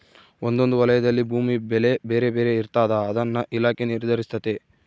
ಒಂದೊಂದು ವಲಯದಲ್ಲಿ ಭೂಮಿ ಬೆಲೆ ಬೇರೆ ಬೇರೆ ಇರ್ತಾದ ಅದನ್ನ ಇಲಾಖೆ ನಿರ್ಧರಿಸ್ತತೆ